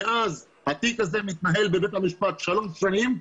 ומאז התיק הזה מתנהל בבית המשפט שלוש שנים,